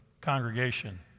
congregation